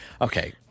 Okay